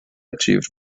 achieved